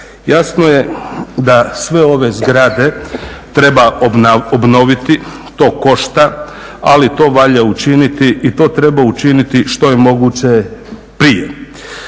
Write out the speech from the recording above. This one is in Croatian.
Jasno je da sve ove zgrade treba obnoviti. To košta, ali to valja učiniti i to treba učiniti što je moguće prije.